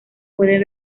pueden